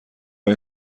این